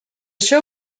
show